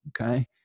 Okay